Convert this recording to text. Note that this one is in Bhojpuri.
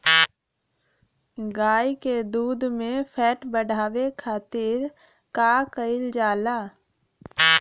गाय के दूध में फैट बढ़ावे खातिर का कइल जाला?